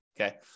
Okay